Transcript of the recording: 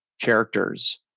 characters